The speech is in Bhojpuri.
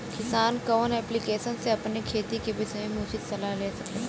किसान कवन ऐप्लिकेशन से अपने खेती के विषय मे उचित सलाह ले सकेला?